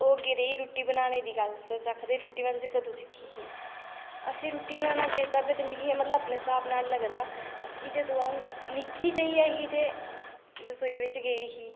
ओह् अग्गें रेही रुट्टी बनाने दी गल्ल तुस आखा दे रुट्टी बनाना तुसें कदूं सिक्खी ही असें रुट्टी बनाना जिस स्हाबें ते मिगी मतलब अपने स्हाब नाल लगदा कि जदूं आ'ऊं निक्की जेही ऐ ही ते रसोई बिच्च गेई ही